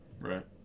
right